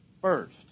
first